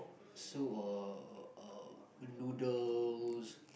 soup or or noodles